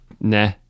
nah